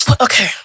Okay